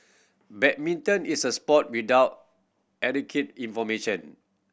badminton is a sport without adequate information